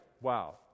wow